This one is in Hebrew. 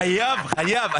אתם חייבים.